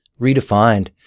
Redefined